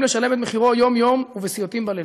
לשלם את מחירו יום-יום ובסיוטים בלילות.